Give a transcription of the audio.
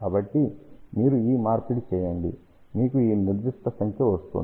కాబట్టి మీరు ఈ మార్పిడి చేయండి మీకు ఈ నిర్దిష్ట సంఖ్య వస్తుంది